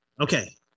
Okay